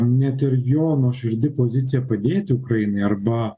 net ir jo nuoširdi pozicija padėti ukrainai arba